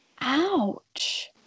Ouch